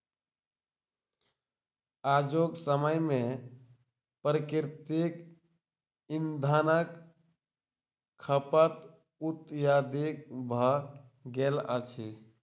आजुक समय मे प्राकृतिक इंधनक खपत अत्यधिक भ गेल अछि